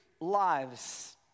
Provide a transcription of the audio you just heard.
lives